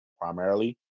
primarily